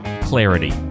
clarity